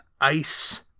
ice